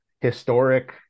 historic